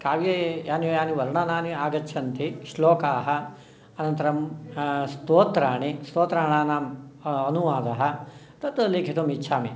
काव्ये यानि यानि वर्णनानि आगच्छन्ति श्लोकाः अनन्तरं स्तोत्राणि स्तोत्राणाम् अनुवादः तत्र लेखितुम् इच्छामि